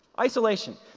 Isolation